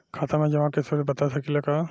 खाता में जमा के स्रोत बता सकी ला का?